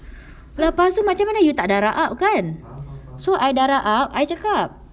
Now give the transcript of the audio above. lepas tu macam mana you tak darah up kan so I darah up I cakap